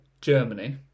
Germany